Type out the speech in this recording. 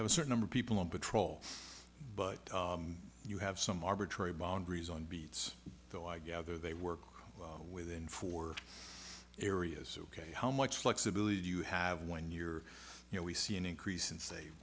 have a certain number of people on patrol but you have some arbitrary boundaries on beats though i gather they work within four areas ok how much flexibility do you have when you're you know we see an increase in sa